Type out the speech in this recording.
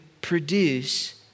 produce